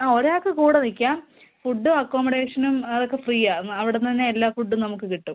ആ ഒരാൾക്ക് കൂടെ നിൽക്കാം ഫുഡും അക്കോമഡേഷനും അതൊക്കെ ഫ്രീയാണ് അവിടുന്ന് തന്നെ എല്ലാ ഫുഡും നമ്മൾക്ക് കിട്ടും